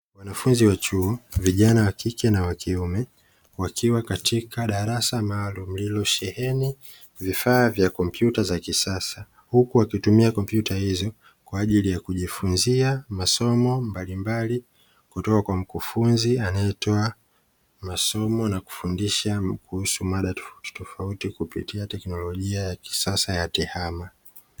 Wanafunzi wa chuo vijana wa kike na wa kiume wakiwa katika darasa maalum lililosheheni vifaa vya kompyuta za kisasa, huku wakitumia kompyuta hizo kwa ajili ya kujifunza masomo mbalimbali kutoka kwa mkufunzi anayetoa masomo na kufundisha kuhusu mada tofauti tofauti kupitia teknolojia ya kisasa ya tehama.